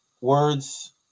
words